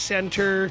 Center